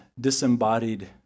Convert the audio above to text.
disembodied